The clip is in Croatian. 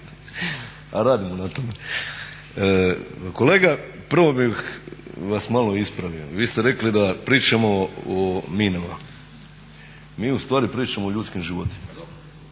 A radimo na tome. Kolega prvo bih vas malo ispravio. Vi ste rekli da pričamo o minama. Mi ustvari pričamo o ljudskim životima.